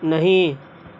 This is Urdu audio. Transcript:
نہیں